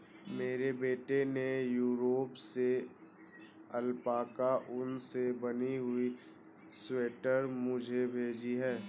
मेरे बेटे ने यूरोप से अल्पाका ऊन से बनी हुई स्वेटर मुझे भेजी है